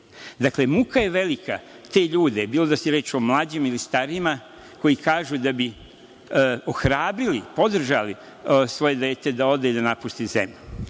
Dakle, muka je velika te ljude, bilo da je reč o mlađim ili starijima, koji kažu da bi ohrabrili, podržali svoje dete da ode i da napusti zemlju.